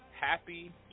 happy